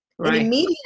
Immediately